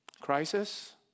Crisis